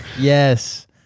yes